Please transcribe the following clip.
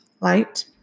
light